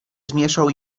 zmieszał